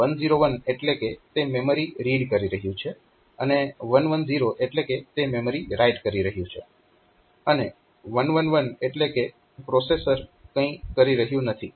1 0 1 એટલે કે તે મેમરી રીડ કરી રહ્યું છે અને 1 1 0 એટલે કે તે મેમરી રાઈટ કરી રહ્યું છે અને 1 1 1 એટલે કે પ્રોસેસર કંઈ કરી રહ્યું નથી